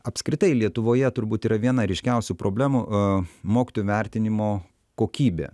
apskritai lietuvoje turbūt yra viena ryškiausių problemų a mokytojų vertinimo kokybė